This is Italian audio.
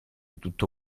tutto